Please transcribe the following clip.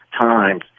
Times